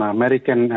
American